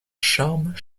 charmes